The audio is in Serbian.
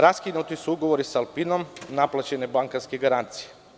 Raskinuti su ugovori sa „Alpinom“, naplaćene bankarske garancije.